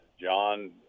John